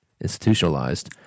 institutionalized